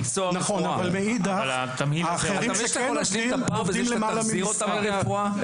יכול להשלים את הפער כשתחזיר אותם לרפואה.